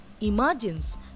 imagines